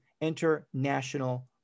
international